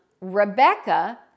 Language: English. Rebecca